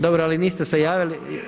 Dobro ali niste se javili.